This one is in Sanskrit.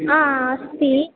आ अस्ति